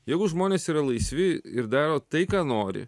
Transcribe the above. jeigu žmonės yra laisvi ir daro tai ką nori